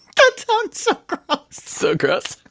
that sounds so ah so gross!